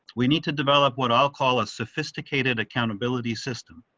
we need to develop what i'll call a sophisticated accountability system.